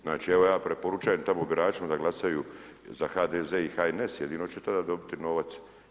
Znači evo ja preporučujem tamo biračima da glasaju za HDZ i HNS, jedino će tada dobiti novac.